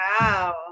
Wow